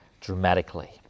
dramatically